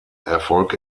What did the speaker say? erfolg